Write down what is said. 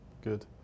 good